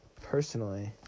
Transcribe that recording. personally